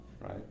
right